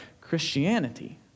Christianity